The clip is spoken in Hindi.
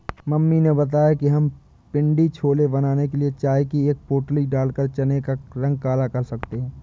मम्मी ने बताया कि हम पिण्डी छोले बनाने के लिए चाय की एक पोटली डालकर चने का रंग काला कर सकते हैं